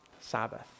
Sabbath